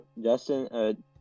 Justin